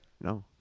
No